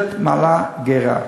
מעלה גירה.